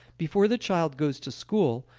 before the child goes to school,